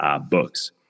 books